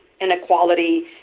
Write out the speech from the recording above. inequality